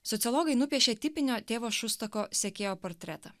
sociologai nupiešė tipinio tėvo šustoko sekėjo portretą